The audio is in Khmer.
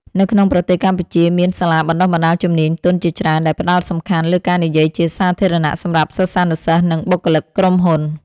នៅក្នុងប្រទេសកម្ពុជា មានសាលាបណ្ដុះបណ្ដាលជំនាញទន់ជាច្រើនដែលផ្ដោតសំខាន់លើការនិយាយជាសាធារណៈសម្រាប់សិស្សានុសិស្ស និងបុគ្គលិកក្រុមហ៊ុន។